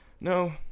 No